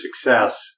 success